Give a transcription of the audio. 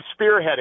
spearheading